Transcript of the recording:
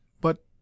but